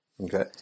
okay